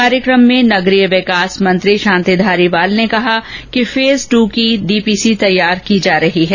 कार्यक्रम में नगरीय विकास मंत्री शांति धारीवाल ने कहा कि फेज दू की डीपीसी तैयार हो रही है